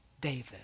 David